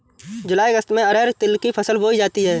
जूलाई अगस्त में अरहर तिल की फसल बोई जाती हैं